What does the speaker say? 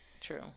True